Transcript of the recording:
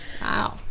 Wow